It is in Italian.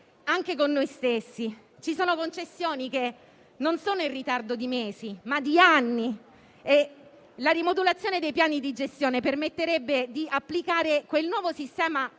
anche con noi stessi: ci sono concessioni che non sono in ritardo di mesi, ma di anni. La rimodulazione dei piani di gestione permetterebbe di applicare quel nuovo sistema